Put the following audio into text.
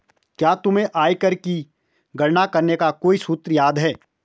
क्या तुम्हें आयकर की गणना करने का कोई सूत्र याद है?